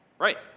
right